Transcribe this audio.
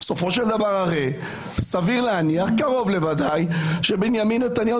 בסופו של דבר הרי קרוב לוודאי שבנימין נתניהו